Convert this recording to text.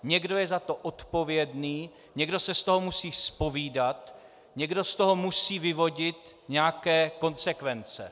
Někdo je za to odpovědný, někdo se z toho musí zpovídat, někdo z toho musí vyvodit nějaké konsekvence.